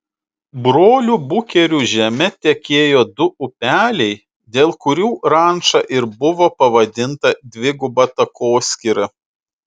brolių bukerių žeme tekėjo du upeliai dėl kurių ranča ir buvo pavadinta dviguba takoskyra